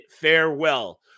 farewell